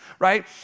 Right